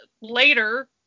later